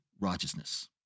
righteousness